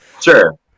Sure